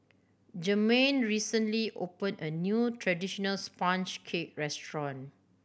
Jermain recently opened a new traditional sponge cake restaurant